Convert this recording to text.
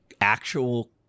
actual